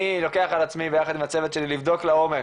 אני לוקח על עצמי ביחד עם הצוות שלי לבדוק לעומק